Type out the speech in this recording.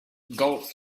golf